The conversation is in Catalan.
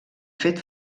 fet